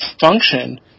function